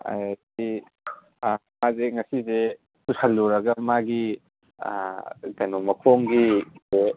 ꯃꯥꯁꯦ ꯉꯁꯤꯁꯦ ꯇꯨꯁꯤꯜꯂꯨꯔꯒ ꯃꯥꯒꯤ ꯀꯩꯅꯣ ꯃꯈꯣꯡꯒꯤꯁꯦ